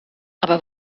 aber